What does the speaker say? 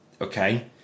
okay